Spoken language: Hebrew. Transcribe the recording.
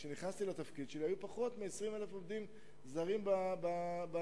כשנכנסתי לתפקיד שלי היו פחות מ-20,000 עובדים זרים בחקלאות,